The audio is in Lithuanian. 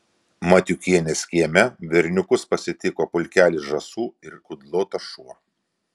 matiukienės kieme berniukus pasitiko pulkelis žąsų ir kudlotas šuo